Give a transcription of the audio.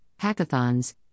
hackathons